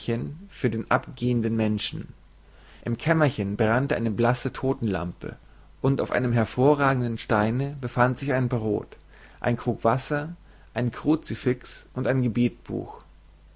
für den abgehenden menschen im kämmerchen brannte eine blasse todtenlampe und auf einem hervorragenden steine befand sich ein brod ein krug wasser ein kruzifix und ein